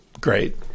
Great